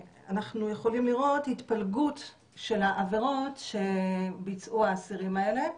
אנחנו יכולים לראות התפלגות של העבירות שביצעו האסירים האלה,